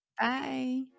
Bye